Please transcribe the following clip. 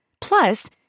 Plus